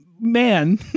man